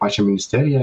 pačia ministeriją